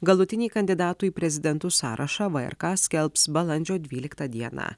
galutinį kandidatų į prezidentus sąrašą v er ka skelbs balandžio dvyliktą dieną